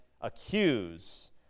accuse